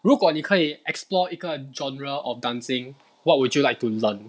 如果你可以 explore 一个 genre of dancing what would you like to learn